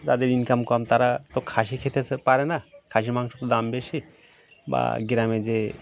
যাদের ইনকাম কম তারা তো খাসি খেতে পারে না খাসির মাংস তো দাম বেশি বা গ্রামে যে